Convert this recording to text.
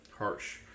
Harsh